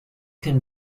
can